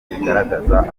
bigaragaza